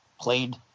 played